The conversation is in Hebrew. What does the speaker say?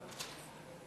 זה.